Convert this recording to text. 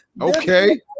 Okay